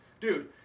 Dude